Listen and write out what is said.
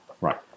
Right